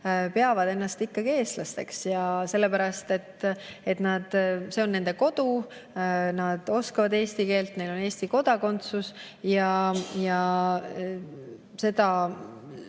peavad ennast ikkagi eestlasteks, sellepärast et see on nende kodu, nad oskavad eesti keelt, neil on Eesti kodakondsus. Ja seda